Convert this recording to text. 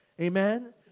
Amen